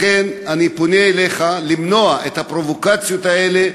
לכן אני פונה אליך, למנוע את הפרובוקציות האלה,